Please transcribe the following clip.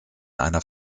einer